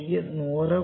എനിക്ക് 100